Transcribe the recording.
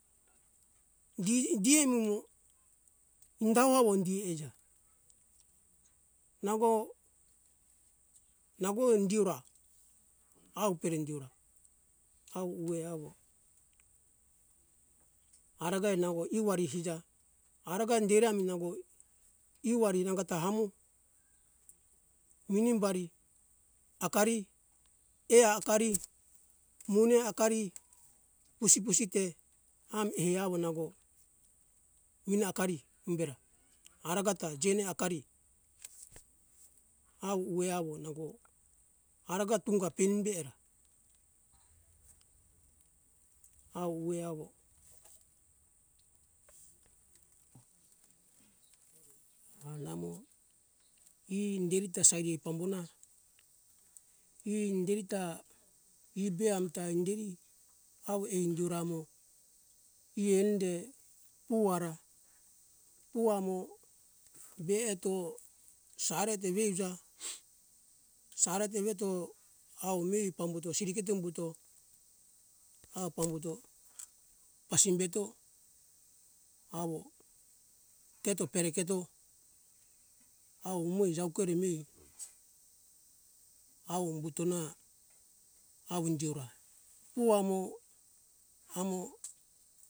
Gi gi mumu unga uwao indi eija nango nango indi iura awo perendiura awo uwe awo aragae nawo iwari hija araga indirami nango iwari nangota hamu minimbari akari er akari mune akari pusipusi te am hei awo nango mine akari imbera aragata jine akari auwe awo nango araga tunga peimbe era auwe awo a namo e inderita sairi pambuhona e inderita e be amta inderi awo ai induramo inde puwara puamo be eto sarete veuja sarete veto awo mei pambuto siriketo umbuto a pambuto pasimbeto awo teto pereketo awo umo ijaukere mei awo umbutona awo indiora pu amo hamo